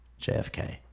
JFK